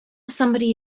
somebody